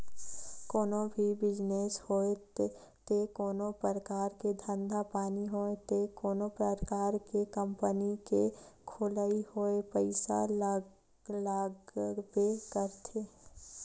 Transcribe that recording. कोनो भी बिजनेस होय ते कोनो परकार के धंधा पानी होय ते कोनो परकार के कंपनी के खोलई होय पइसा लागबे करथे